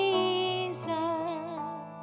Jesus